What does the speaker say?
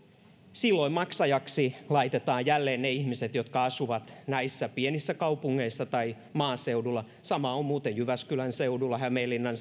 silloin maksajaksi laitetaan jälleen ne ihmiset jotka asuvat näissä pienissä kaupungeissa tai maaseudulla sama on muuten jyväskylän seudulla hämeenlinnan